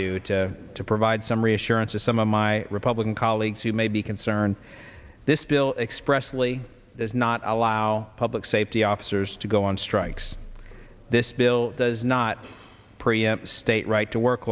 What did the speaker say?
do to provide some reassurance to some of my republican colleagues who may be concerned this bill expressly does not allow public safety officers to go on strikes this bill does not preempt state right to work